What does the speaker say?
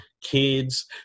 kids